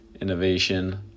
innovation